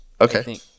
Okay